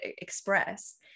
express